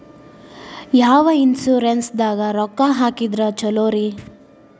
ಯಾವ ಇನ್ಶೂರೆನ್ಸ್ ದಾಗ ರೊಕ್ಕ ಹಾಕಿದ್ರ ಛಲೋರಿ?